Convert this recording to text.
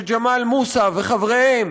ג'מאל מוסא וחבריהם,